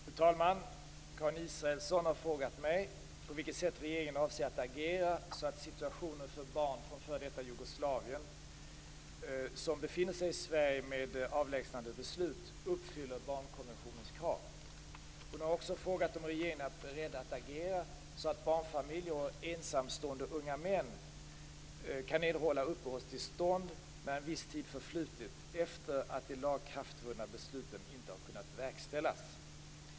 Fru talman! Karin Israelsson har frågat mig på vilket sätt regeringen avser att agera så att situationen för barn från f.d. Jugoslavien, som befinner sig i Sverige med avlägsnandebeslut, uppfyller barnkonventionens krav. Karin Israelsson har även frågat om regeringen är beredd att agera så att barnfamiljer och ensamstående unga män kan erhålla uppehållstillstånd när viss tid förflutit efter det att de lagakraftvunna besluten inte har kunnat verkställas.